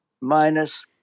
minus